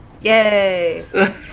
Yay